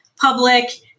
public